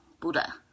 buddha